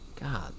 god